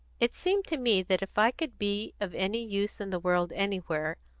it seemed to me that if i could be of any use in the world anywhere,